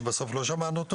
שבסוף לא שמענו אותו